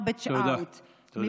תודה, תודה.